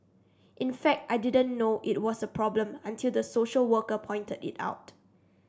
in fact I didn't know it was a problem until the social worker pointed it out